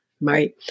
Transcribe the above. right